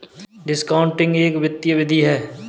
discounting एक वित्तीय विधि है